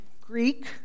Greek